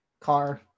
Car